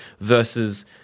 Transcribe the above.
versus